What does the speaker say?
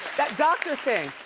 that doctor thing,